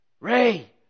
Ray